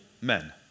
men